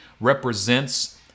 represents